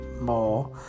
more